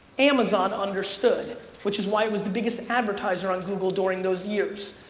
amazon understood which is why it was the biggest advertiser on google during those years.